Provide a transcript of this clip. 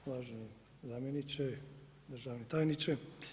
Uvaženi zamjeniče, državni tajniče.